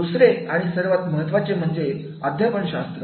दुसरे आणि सर्वात महत्त्वाचे म्हणजे अध्यापन शास्त्र